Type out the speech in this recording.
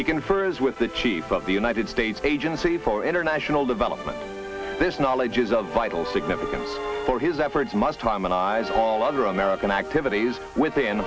he confers with the chief of the united states agency for international development this knowledge is of vital significance for his efforts must simonize all other american activities with